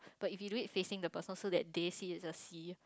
but if you do it facing the person so that they see it's a C